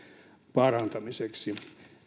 parantamiseksi